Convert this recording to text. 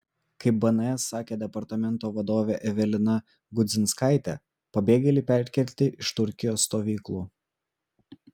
kaip bns sakė departamento vadovė evelina gudzinskaitė pabėgėliai perkelti iš turkijos stovyklų